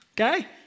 Okay